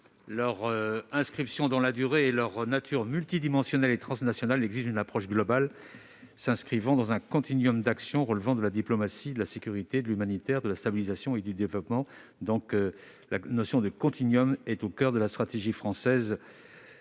leur inscription dans la durée et leur nature multidimensionnelle et transnationale exigent une approche globale, s'inscrivant dans un continuum d'actions relevant de la diplomatie, de la sécurité, de l'humanitaire, de la stabilisation et du développement. La notion de continuum est au coeur de la stratégie française